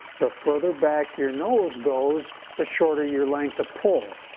the further back your nose goes the shorter your length of pull.